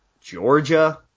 Georgia